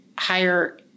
higher